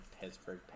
Pittsburgh